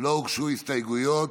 לא הוגשו הסתייגויות,